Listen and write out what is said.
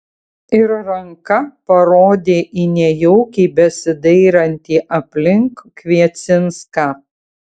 ir ranka parodė į nejaukiai besidairantį aplink kviecinską